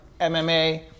MMA